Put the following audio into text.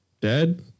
dead